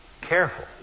Careful